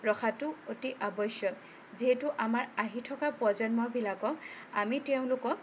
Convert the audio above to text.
ৰখাটো অতি আৱশ্যক যিহেতু আমাৰ আহি থকা প্ৰজন্মবিলাকক আমি তেওঁলোকক